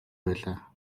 байлаа